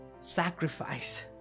sacrifice